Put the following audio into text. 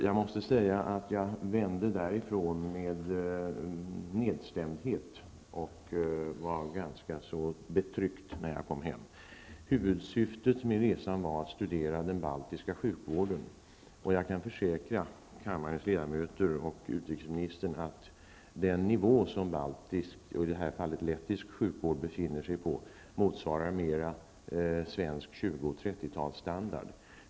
Jag måste säga att jag återvände därifrån nedstämd. Jag var ganska betryckt när jag kom hem. Huvudsyftet med resan var att studera den baltiska sjukvården. Jag kan försäkra kammarens ledamöter och utrikesministern att den nivå baltisk, och i det här fallet lettisk, sjukvård befinner sig på mest motsvarar svensk 20 och 30-talsstandard.